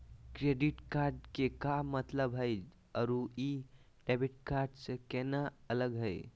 Credit card के का मतलब हई अरू ई डेबिट कार्ड स केना अलग हई?